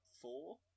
four